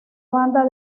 banda